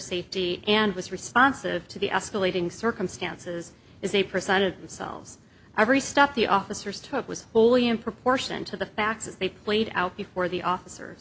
safety and was responsive to the escalating circumstances is a presented themselves every stop the officers took was fully in proportion to the facts as they played out before the officers